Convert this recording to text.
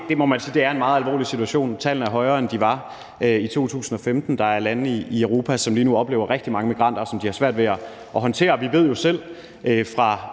må man sige, at det er en meget alvorlig situation. Tallene er højere, end de var i 2015. Der er lande i Europa, som lige nu oplever rigtig mange migranter, som de har svært ved at håndtere. Vi ved jo selv fra